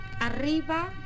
Arriba